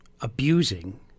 abusing